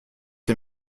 les